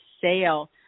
sale